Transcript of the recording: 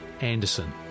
Anderson